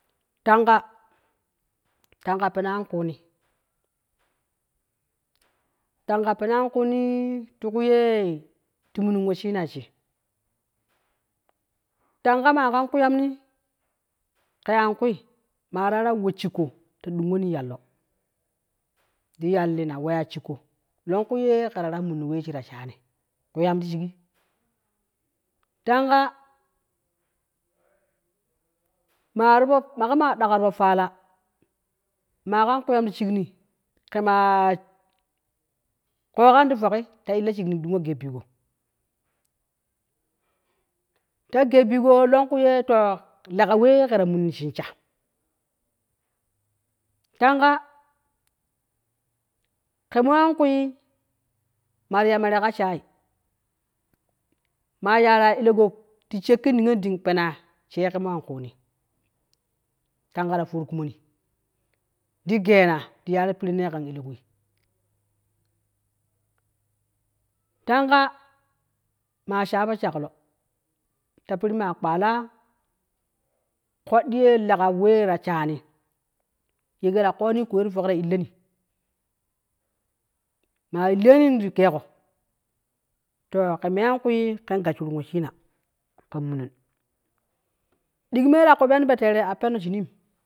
Tanga, tanga penaa an kuuni tanga penaa an kuunii ti ku-ye-ti munin weshinai shi, tanga maa kan kuyamni ke an kui maa tara we shigko ta dungu ni yallo, ti yallina wee ya shigko longku ye ke tara munni we shi taraa shaani, ku yam ti shigi tanga maa po maga maa ɗaga tipo faala, maa kan kwiyam ti shigni, ke maa koogan ti yoki ta illo shigni ti gee bigo, ta gee bi go longku ye to lega wee keta munni shin sha, tanga ke moo an kui mati ya mere ka shai maa yaara ele go ti shekki niyen ding pena shee ke mo an kuuni tanga ta for kunnoni ti geena ti yaaro pirenne kan ele goi, tanga maa shaa po shaklo, ta piri maa kpalaa koddi ye lega wee ta shaani ye keta koowani kai ta illon maa illeni ti geego to ke mee an kui ken gasshirin weshiina ken munun ɗigi mee ta kopyan teere a peno shinim.